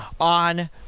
on